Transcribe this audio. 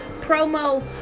promo